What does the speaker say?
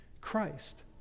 Christ